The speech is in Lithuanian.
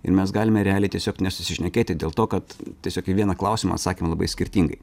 ir mes galime realiai tiesiog nesusišnekėti dėl to kad tiesiog į vieną klausimą atsakome labai skirtingai